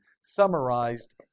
summarized